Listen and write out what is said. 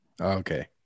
okay